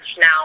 now